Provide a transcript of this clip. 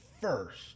first